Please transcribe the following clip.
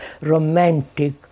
romantic